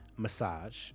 Massage